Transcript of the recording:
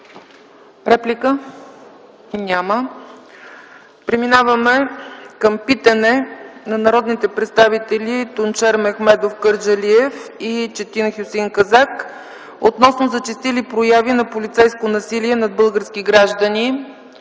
реплика? – няма. Преминаваме към питане на народните представители Тунчер Мехмедов Кърджалиев и Четин Хюсеин Казак относно зачестили прояви на полицейско насилие над български граждани.